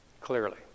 clearly